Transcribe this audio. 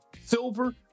silver